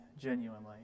genuinely